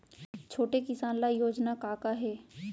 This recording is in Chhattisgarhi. छोटे किसान ल योजना का का हे?